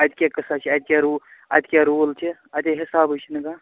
اَتہِ کیٛاہ کٕصا چھُ اَتہِ کیٛاہ رو اَتہِ کیٛاہ روٗل چھِ اَتے حِسابٕے چھُنہٕ کانٛہہ